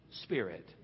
spirit